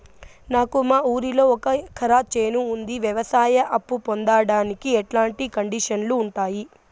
నాకు మా ఊరిలో ఒక ఎకరా చేను ఉంది, వ్యవసాయ అప్ఫు పొందడానికి ఎట్లాంటి కండిషన్లు ఉంటాయి?